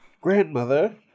Grandmother